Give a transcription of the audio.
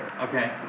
Okay